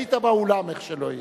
היית באולם, איך שלא יהיה.